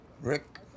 Rick